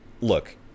look